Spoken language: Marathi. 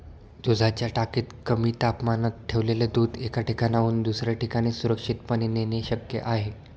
दुधाच्या टाकीत कमी तापमानात ठेवलेले दूध एका ठिकाणाहून दुसऱ्या ठिकाणी सुरक्षितपणे नेणे शक्य आहे